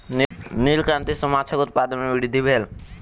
नील क्रांति सॅ माछक उत्पादन में वृद्धि भेल